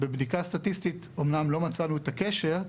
בבדיקה סטטיסטית אמנם לא מצאנו את הקשר,